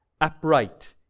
Upright